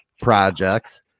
projects